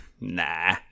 Nah